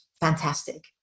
fantastic